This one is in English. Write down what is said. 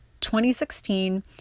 2016